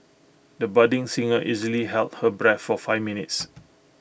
the budding singer easily held her breath for five minutes